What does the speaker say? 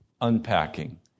unpacking